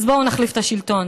אז בואו נחליף את השלטון.